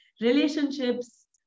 relationships